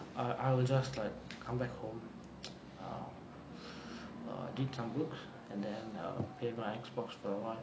I I will just like come back home err err read some books and then err play my X box for awhile